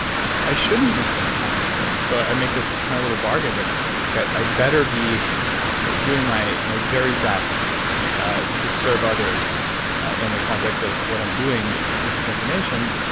i shouldn't be spending time on those things, so i make this kind of little bargain, like i better be doing my my very best to serve others in the context of of what i'm doing with this information.